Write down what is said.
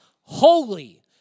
holy